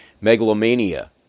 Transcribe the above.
megalomania